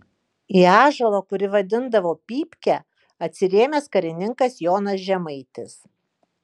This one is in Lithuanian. į ąžuolą kurį vadindavo pypke atsirėmęs karininkas jonas žemaitis